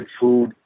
food